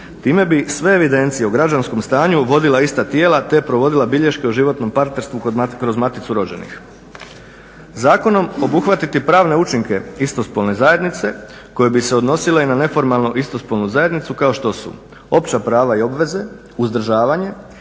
Time bi sve evidencije o građanskom stanju vodila ista tijela te provodila bilješke o životnom partnerstvu kroz maticu rođenih. Zakonom obuhvatiti pravne učinke istospolne zajednice koje bi se odnosile i na neformalnu istospolnu zajednicu kao što su opća prava i obveze, uzdržavanje,